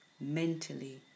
mentally